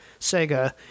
Sega